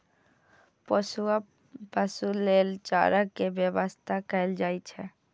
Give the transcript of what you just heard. पोसुआ पशु लेल चारा के व्यवस्था कैल जाइ छै